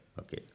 okay